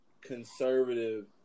conservative